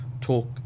talk